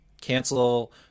cancel